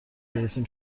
گرفتیم